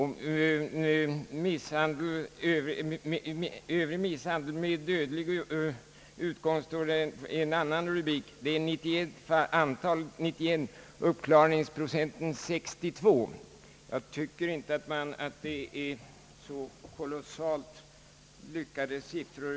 I en annan rubrik finner man övrig misshandel med dödlig utgång, 91 fall och en uppklaringsprocent av 62. Jag tycker inte det är så bra siffror.